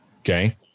okay